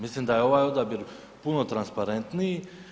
Mislim da je ovaj odabir puno transparentniji.